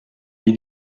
des